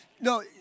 No